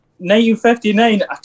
1959